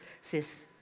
says